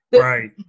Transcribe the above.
Right